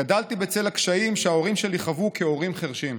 גדלתי בצל הקשיים שההורים שלו חוו כהורים חירשים.